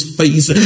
face